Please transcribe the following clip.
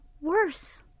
worse